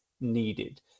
needed